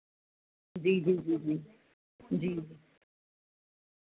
जी जी जी जी जी